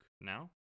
now